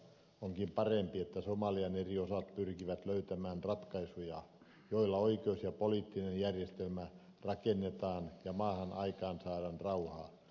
onkin parempi että somalian eri osat pyrkivät löytämään ratkaisuja joilla oikeus ja poliittinen järjestelmä rakennetaan ja maahan aikaansaadaan rauha